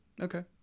Okay